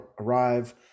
arrive